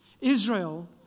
Israel